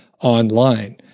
online